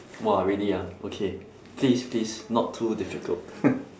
!wah! really ah okay please please not too difficult